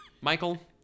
Michael